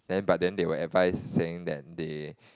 then but then they were advised saying that they